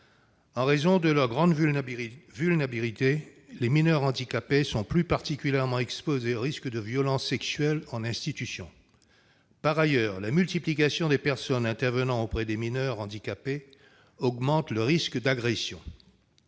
En raison de leur grande vulnérabilité, les mineurs handicapés sont plus particulièrement exposés aux risques de subir des violences sexuelles en institutions. Par ailleurs, la multiplication des personnes intervenant auprès des mineurs handicapés augmente le risque d'agression.